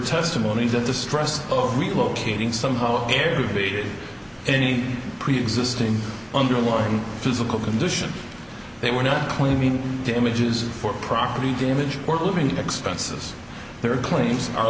testimony that the stress of relocating somehow caribbean any preexisting underlying physical condition they were not claiming damages for property damage or the living expenses their claims are